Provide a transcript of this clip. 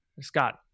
Scott